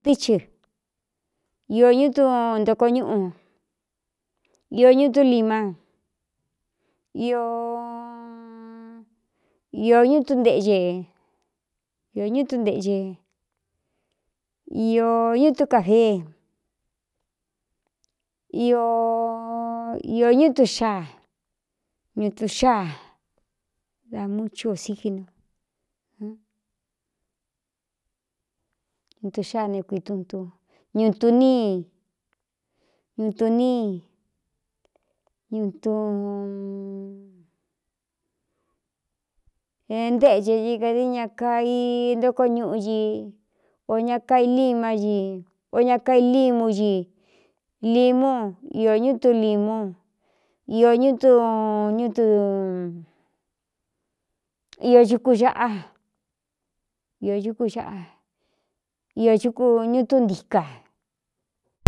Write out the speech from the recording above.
Dichɨ iō ñú tu ntoko ñuꞌu iō ñu tú limá iō ñunꞌe ō ñú tunteꞌce i ñútú kafee īō ñú tu xáa ñu tu xáa da mu chu ō sigínu ñu tuxáa ne kuitutu ñutuníi ñutuníi ñu ntéꞌce di kādií ña kai ntoko ñuꞌu ñi o ña kailímá i o ña kailímú i limu iō ñu tú limú ñiō chukú xaꞌa iō chukú xáꞌa iō chuku ñu túntika.